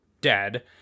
dead